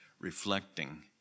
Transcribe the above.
reflecting